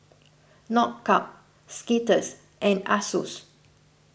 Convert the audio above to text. Knockout Skittles and Asus